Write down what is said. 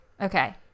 Okay